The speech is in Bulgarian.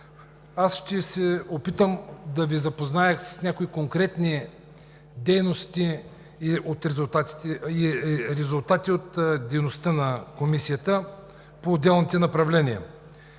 Ще се опитам да Ви запозная с някои конкретни дейности и резултати от дейността на Комисията по отделните направления.